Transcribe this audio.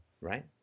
Right